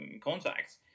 contacts